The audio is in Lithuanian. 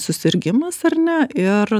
susirgimas ar ne ir